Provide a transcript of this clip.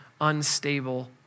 unstable